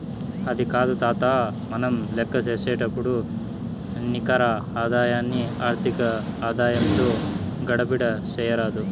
అది కాదు తాతా, మనం లేక్కసేపుడు నికర ఆదాయాన్ని ఆర్థిక ఆదాయంతో గడబిడ చేయరాదు